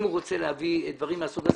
אם הוא רוצה להביא דברים מהסוג הזה,